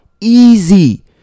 easy